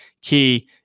key